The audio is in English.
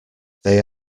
they